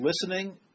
listening